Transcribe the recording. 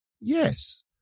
Yes